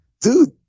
dude